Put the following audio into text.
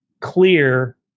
clear